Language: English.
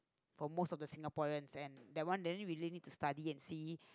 for most of the Singaporeans and that one then we really need to study and see